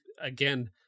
again